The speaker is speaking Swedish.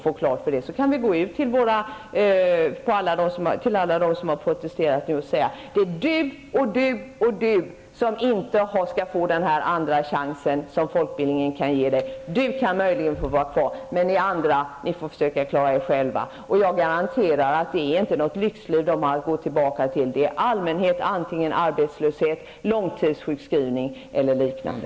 Sedan kan vi gå ut till alla dem som har protesterat och säga: Du och du skall inte få den andra chans som folkbildningen ka ge dig. Den och den kan möjligen få vara kvar, men ni andra får försöka att klara er själva. Jag garanterar att dessa personer inte går tillbaka till något lyxliv, utan i allmänhet till arbetslöshet, långtidssjukskrivning eller liknande.